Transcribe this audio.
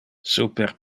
super